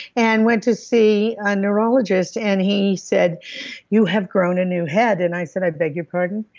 and went to see a neurologist. and he said you have grown a new head. and i said, i beg your pardon?